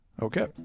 Okay